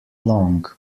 long